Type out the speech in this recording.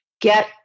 Get